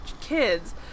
kids